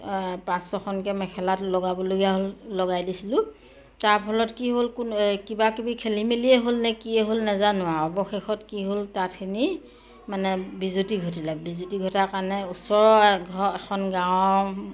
পাঁচ ছখনকে মেখেলা লগাবলগীয়া হ'ল লগাই দিছিলোঁ তাৰ ফলত কি হ'ল কোনো কিবাকিবি খেলিমেলিয়ে হ'ল নে কিয়েই হ'ল নেজানো অৱশেষত কি হ'ল তাঁতখিনিৰ মানে বিজুতি ঘটিলে বিজুতি ঘটাৰ কাৰণে ওচৰৰ ঘৰ এখন গাঁৱৰ